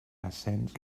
ascens